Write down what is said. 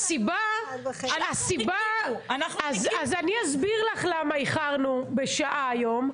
אני אסביר לך למה איחרנו בשעה היום,